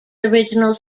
original